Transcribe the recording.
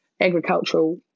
agricultural